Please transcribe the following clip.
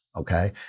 Okay